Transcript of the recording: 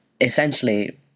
essentially